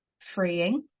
freeing